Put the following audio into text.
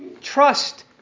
Trust